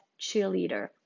cheerleader